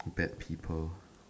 bad people